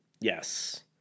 Yes